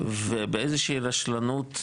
ובאיזושהי רשלנות,